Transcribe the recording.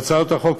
הצעת החוק,